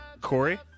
Corey